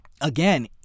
Again